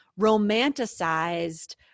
romanticized